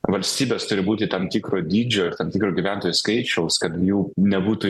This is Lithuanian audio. valstybės turi būti tam tikro dydžio ir tam tikrų gyventojų skaičiaus kad jų nebūtų